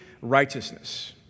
righteousness